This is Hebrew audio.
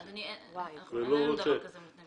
אדוני, אין דבר כזה מותנה באישור של האוצר.